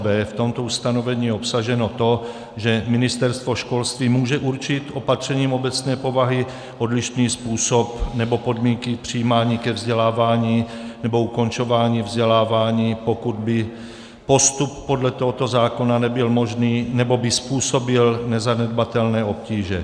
V tomto ustanovení je obsaženo to, že Ministerstvo školství může určit opatřením obecné povahy odlišný způsob nebo podmínky přijímání ke vzdělávání nebo ukončování vzdělávání, pokud by postup podle tohoto zákona nebyl možný nebo by způsobil nezanedbatelné obtíže.